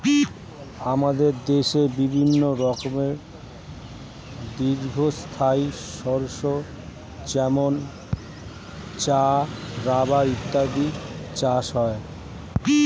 আমাদের দেশে বিভিন্ন রকমের দীর্ঘস্থায়ী শস্য যেমন চা, রাবার ইত্যাদির চাষ হয়